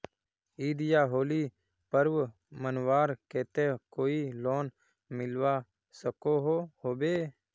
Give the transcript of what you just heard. ईद या होली पर्व मनवार केते कोई लोन मिलवा सकोहो होबे?